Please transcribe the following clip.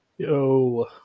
Yo